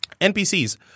NPCs